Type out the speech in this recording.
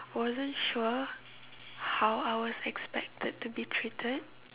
wasn't sure how I was expected to be treated